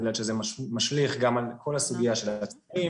בגלל שזה משליך גם על כל הסוגיה של (הפרעות בשידור הזום).